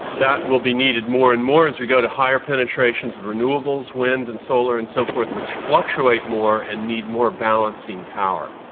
that will be needed more and more as we go to higher penetrations of renewables, wind and solar and so forth which fluctuate more and need more balancing power.